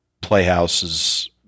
Playhouse's